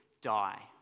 die